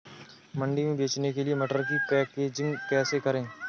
मंडी में बेचने के लिए मटर की पैकेजिंग कैसे करें?